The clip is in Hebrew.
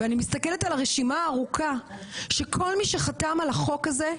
אני מסתכלת על הרשימה הארוכה ובה כל מי שחתם על החוק הזה,